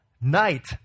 night